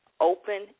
Open